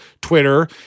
Twitter